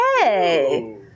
Hey